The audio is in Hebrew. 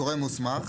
"גורם מוסמך"